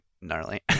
gnarly